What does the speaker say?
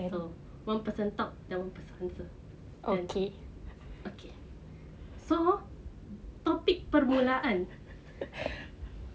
so one person talk then one person answer K okay so topic permulaan